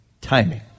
timing